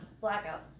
Blackout